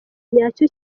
nyacyo